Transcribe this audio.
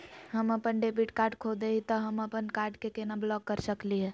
हम अपन debit card खो दे ही, त हम अप्पन कार्ड के केना ब्लॉक कर सकली हे?